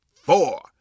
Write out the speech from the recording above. four